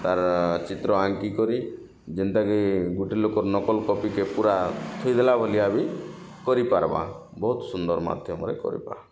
ତାର ଚିତ୍ର ଆଙ୍କି କରି ଯେନ୍ତା କି ଗୋଟେ ଲୋକ ନକଲ କପି କେ ପୁରା ଥୋଇ ଦେଲା ଭଳିଆ ଭି କରି ପାର୍ବା ବହୁତ୍ ସୁନ୍ଦର ମାଧ୍ୟମରେ କରିବା